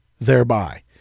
thereby